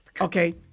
Okay